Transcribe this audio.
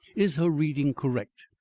is her reading correct?